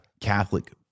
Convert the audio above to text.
Catholic